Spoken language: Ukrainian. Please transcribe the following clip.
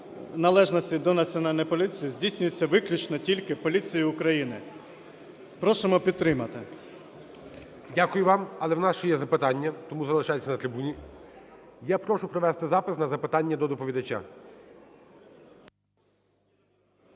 належності до Національної поліції здійснюється виключно тільки поліцією України. Просимо підтримати. ГОЛОВУЮЧИЙ. Дякую вам, але в нас ще є запитання, тому залишайтесь на трибуні. Я прошу провести запис на запитання до доповідача.